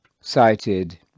cited